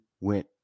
went